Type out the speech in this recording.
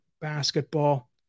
basketball